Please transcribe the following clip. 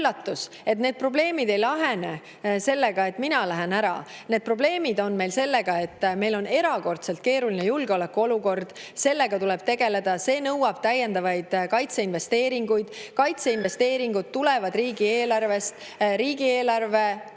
need probleemid ei lahene sellega, et mina lähen ära. Probleemid on meil selle tõttu, et meil on erakordselt keeruline julgeolekuolukord. Sellega tuleb tegeleda, see nõuab täiendavaid kaitseinvesteeringuid. Kaitseinvesteeringud tulevad riigieelarvest, riigieelarve